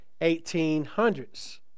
1800s